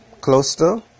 closer